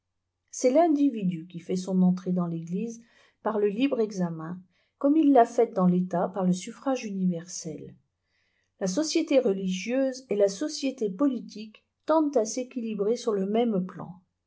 c'est l'individu qui fait son entrée dans l'eglise par le libre examen comme il l'a faite dans l'etat par le suffrage universel la société religieuse et la société politique tendent à s'équilibrer sur le môme plan